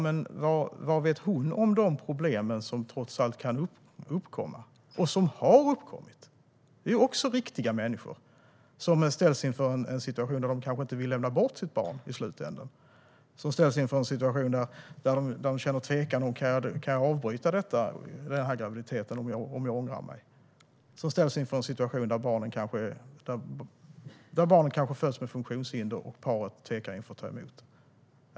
Men vad vet hon om de problem som trots allt kan uppkomma och som har uppkommit? Det är riktiga människor som ställs inför en situation där de kanske inte vill lämna bort sitt barn i slutänden och där de känner tvekan kring om de kan avbryta graviditeten om de ångrar sig. De kanske ställs inför en situation där barnet föds med funktionshinder och paret tvekar inför att ta emot det.